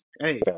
Hey